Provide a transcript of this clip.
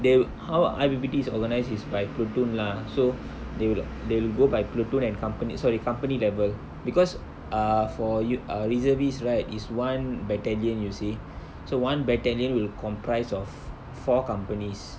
the~ how I_P_P_T is organised is by platoon lah so they wil~ they'll go by platoon and compan~ sorry company level because uh for yo~ ah reservist right is one battalion you see so one battalion will comprise of four companies